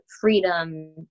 freedom